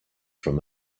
from